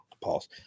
Pause